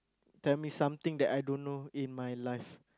tell me something that I don't know in my life